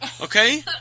okay